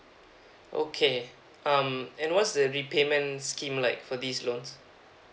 okay um and what's the repayment scheme like for these loans